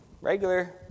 regular